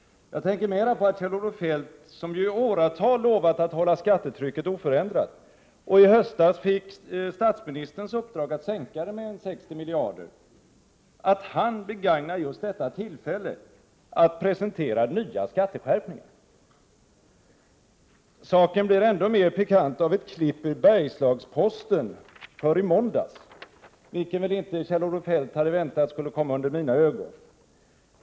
Jag tänker mera på att Kjell-Olof Feldt, som ju i åratal lovat att hålla skattetrycket oförändrat och i höstas fick statsministerns uppdrag att sänka det med 60 miljarder, begagnar just detta tillfälle att presentera nya skatteskärpningar. Saken blir ännu mera pikant när man läser en artikel i Bergslagsposten från i måndags, vilken väl Kjell-Olof Feldt inte hade väntat skulle komma under mina ögon.